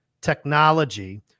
technology